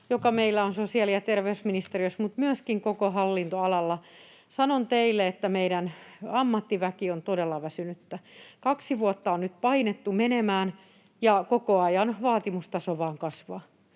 joka meillä on sosiaali- ja terveysministeriössä mutta myöskin koko hallinnonalalla. Sanon teille, että meidän ammattiväkemme on todella väsynyttä. Kaksi vuotta on nyt painettu menemään, ja koko ajan vaatimustaso vain kasvaa.